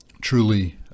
truly